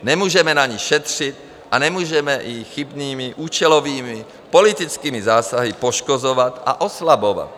Nemůžeme na ní šetřit a nemůžeme ji chybnými účelovými politickými zásahy poškozovat a oslabovat.